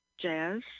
jazz